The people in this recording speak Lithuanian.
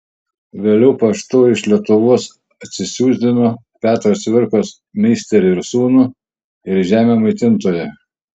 vėliau paštu iš lietuvos atsisiųsdino petro cvirkos meisterį ir sūnų ir žemę maitintoją